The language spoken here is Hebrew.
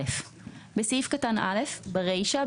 (א)בסעיף קטן (א) (1)ברישה,